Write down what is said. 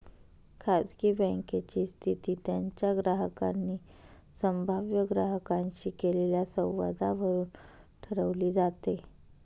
खाजगी बँकेची स्थिती त्यांच्या ग्राहकांनी संभाव्य ग्राहकांशी केलेल्या संवादावरून ठरवली जाते